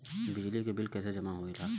बिजली के बिल कैसे जमा होला?